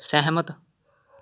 ਸਹਿਮਤ